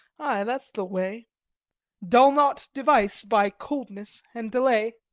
ay, that's the way dull not device by coldness and delay.